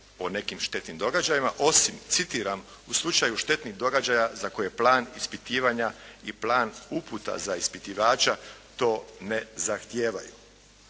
o nekim štetnim događajima osim citiram u slučaju štetnih događaja za koje plan ispitivanja i plan uputa za ispitivača to ne zahtijevaju.